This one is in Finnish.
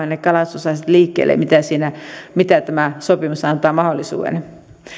ne kalastusasiat liikkeelle edes sen verran kuin mihin tämä sopimus antaa mahdollisuuden